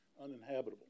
uninhabitable